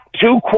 two